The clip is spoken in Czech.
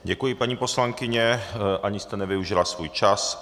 Děkuji, paní poslankyně, ani jste nevyužila svůj čas.